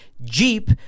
Jeep